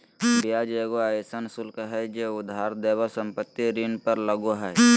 ब्याज एगो अइसन शुल्क हइ जे उधार लेवल संपत्ति ऋण पर लगो हइ